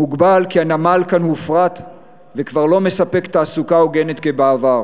מוגבל כי הנמל כאן הופרט וכבר לא מספק תעסוקה הוגנת כבעבר.